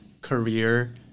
career